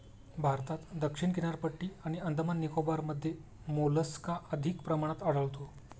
भारतात दक्षिण किनारपट्टी आणि अंदमान निकोबारमध्ये मोलस्का अधिक प्रमाणात आढळतो